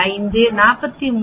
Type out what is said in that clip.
5 43